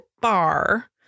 bar